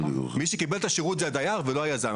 מי שקיבל את השירות זה הדייר ולא היזם.